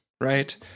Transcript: right